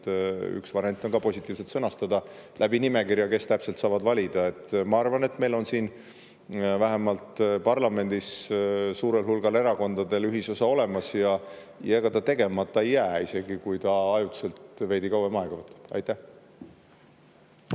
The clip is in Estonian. üks variant on ka positiivselt sõnastada läbi nimekirja, kes täpselt saavad valida. Ma arvan, et meil on siin vähemalt parlamendis suurel hulgal erakondadel ühisosa olemas. Ja ega ta tegemata ei jää, isegi kui ta ajutiselt veidi kauem aega võtab. Aitäh!